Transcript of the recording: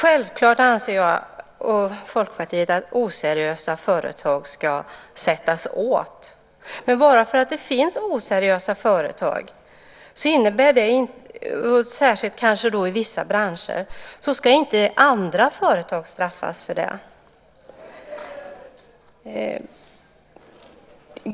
Självfallet anser jag och Folkpartiet att oseriösa företag ska sättas åt. Men bara för att det finns oseriösa företag, kanske särskilt i vissa branscher, ska inte andra företag straffas.